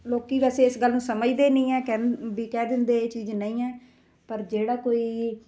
ਲੋਕ ਵੈਸੇ ਇਸ ਗੱਲ ਨੂੰ ਸਮਝਦੇ ਨਹੀਂ ਹੈ ਵੀ ਕਹਿ ਦਿੰਦੇ ਇਹ ਚੀਜ਼ ਨਹੀਂ ਹੈ ਪਰ ਜਿਹੜਾ ਕੋਈ